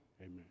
amen